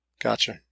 Gotcha